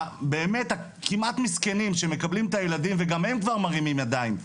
הבאמת כמעט מסכנים שמקבלים את הילדים וגם הם כבר מרימים ידיים,